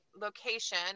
location